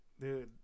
Dude